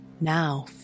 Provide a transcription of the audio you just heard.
Now